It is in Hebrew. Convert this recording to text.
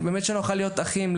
ונוכל להיות אחים,